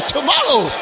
Tomorrow